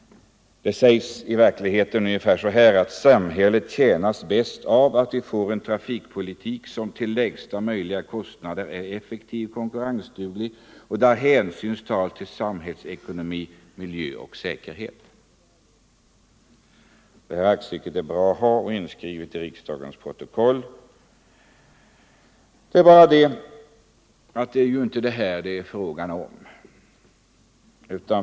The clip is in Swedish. Där sägs att samhället tjänas bäst av att vi får en trafikpolitik som till lägsta möjliga kostnader är effektiv och konkurrensduglig och där hänsyn tas till samhällsekonomi, miljö och säkerhet. Det här aktstycket är bra att få inskrivet i riksdagens protokoll. Det är bara det att det inte är detta frågan gäller.